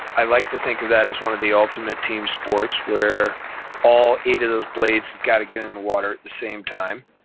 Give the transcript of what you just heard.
i like to think of that as one of the ultimate team sports where all eight of those blades got to get in the water at the same time.